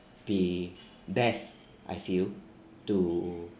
be best I feel to